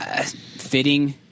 Fitting